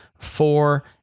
four